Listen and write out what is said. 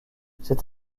cette